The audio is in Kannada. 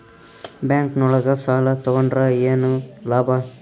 ಬ್ಯಾಂಕ್ ನೊಳಗ ಸಾಲ ತಗೊಂಡ್ರ ಏನು ಲಾಭ?